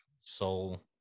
soul